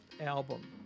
album